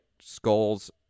skulls